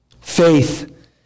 Faith